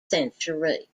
century